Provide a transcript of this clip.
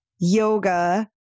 yoga